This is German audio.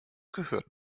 gehört